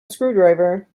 screwdriver